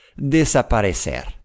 desaparecer